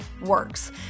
works